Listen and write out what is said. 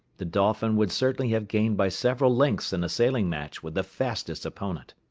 the dolphin would certainly have gained by several lengths in a sailing match with the fastest opponent.